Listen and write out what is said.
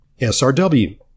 SRW